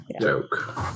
joke